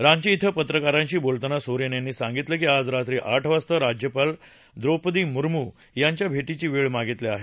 रांची इथं पत्रकारांशी बोलताना सोरेन यांनी सांगितलं की आज रात्री आठ वाजता राज्यपाल द्रोपदी मर्मू यांच्या भैटीची वेळ मागितली आहे